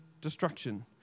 destruction